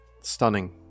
stunning